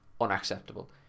unacceptable